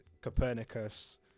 copernicus